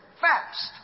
fast